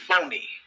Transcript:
phony